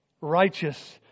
righteous